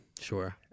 Sure